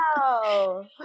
Wow